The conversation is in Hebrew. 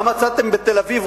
מה מצאתם בתל-אביב?